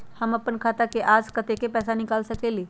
हम अपन खाता से आज कतेक पैसा निकाल सकेली?